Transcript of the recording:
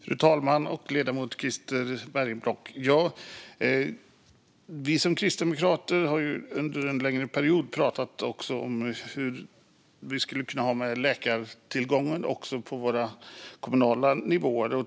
Fru talman och ledamoten Christofer Bergenblock! Vi kristdemokrater har under en längre period pratat om hur vi skulle kunna göra med läkartillgången också på kommunal nivå.